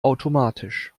automatisch